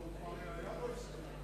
אדוני היושב-ראש?